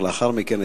לאחר מכן,